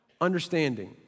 understanding